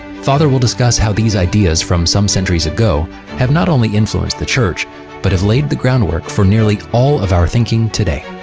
father will discuss how these ideas from some centuries ago have not only influenced the church but have laid the groundwork for nearly all of our thinking today.